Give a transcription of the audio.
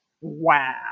Wow